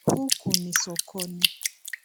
Huku ni sokoni.